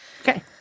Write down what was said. Okay